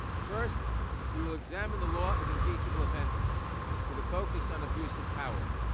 first we will examine the law of impeachable offenses with a focus on abuse of power.